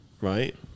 Right